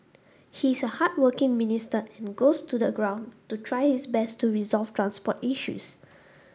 he's a hardworking minister and goes to the ground to try his best to resolve transport issues